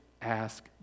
ask